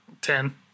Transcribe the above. Ten